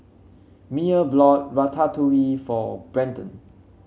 Myer bought Ratatouille for Brenden